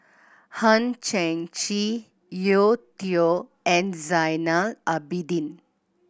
Hang Chang Chieh Yeo Tong and Zainal Abidin